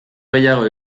gehiago